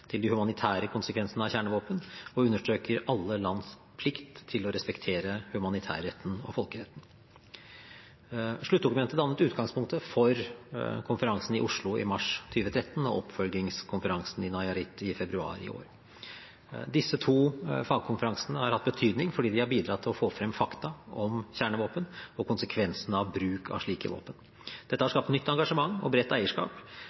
til de humanitære konsekvensene av kjernevåpen og understreker alle lands plikt til å respektere humanitærretten og folkeretten. Sluttdokumentet dannet utgangspunktet for konferansen i Oslo i mars 2013 og oppfølgingskonferansen i Nayarit i februar i år. Disse to fagkonferansene har hatt betydning fordi de har bidratt til å få frem fakta om kjernevåpen og konsekvensene av bruk av slike våpen. Dette har skapt nytt engasjement, bredt eierskap